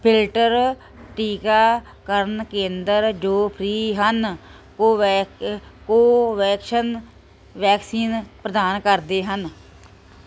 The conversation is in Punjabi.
ਫਿਲਟਰ ਟੀਕਾਕਰਨ ਕੇਂਦਰ ਜੋ ਫ੍ਰੀ ਹਨ ਅਤੇ ਕੋਵੈਕਸਿਨ ਵੈਕਸੀਨ ਪ੍ਰਦਾਨ ਕਰਦੇ ਹਨ